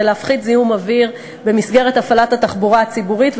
מאוד מאמצים כדי להפחית זיהום אוויר במסגרת הפעלת התחבורה הציבורית,